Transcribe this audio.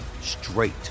straight